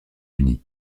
unis